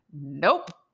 Nope